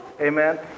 Amen